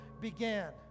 began